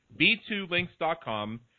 B2Links.com